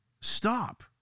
stop